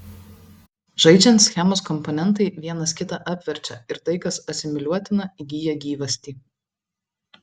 žaidžiant schemos komponentai vienas kitą apverčia ir tai kas asimiliuotina įgyja gyvastį